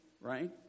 right